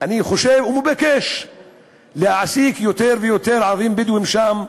אני חושב שמתבקש להעסיק יותר ויותר ערבים-בדואים שם,